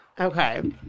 Okay